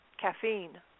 Caffeine